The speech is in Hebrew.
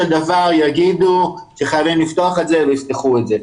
דבר יגידו שחייבים לפתוח ויפתחו את זה,